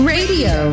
Radio